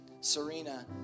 Serena